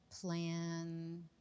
plan